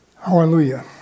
Hallelujah